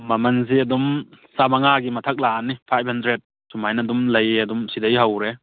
ꯃꯃꯜꯁꯦ ꯑꯗꯨꯝ ꯆꯥꯝꯃꯉꯥꯒꯤ ꯃꯊꯛ ꯂꯥꯛꯑꯅꯤ ꯐꯥꯏꯚ ꯍꯟꯗ꯭ꯔꯦꯠ ꯁꯨꯃꯥꯏꯅ ꯑꯗꯨꯝ ꯂꯩꯌꯦ ꯑꯗꯨꯝ ꯁꯤꯗꯩ ꯍꯧꯔꯦ